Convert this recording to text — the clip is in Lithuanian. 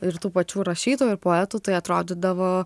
ir tų pačių rašytojų poetų tai atrodydavo